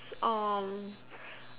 um